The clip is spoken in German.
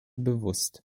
bewusst